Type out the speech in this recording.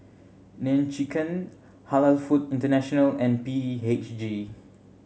Nene Chicken Halal Food International and B H G